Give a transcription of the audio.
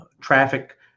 traffic